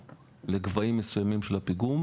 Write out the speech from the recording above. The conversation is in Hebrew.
אם זה בחקירה, אסור לו לפי החוק.